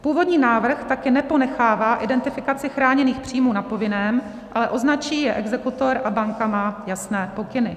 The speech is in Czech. Původní návrh také neponechává identifikaci chráněných příjmů na povinném, ale označí je exekutor a banka má jasné pokyny.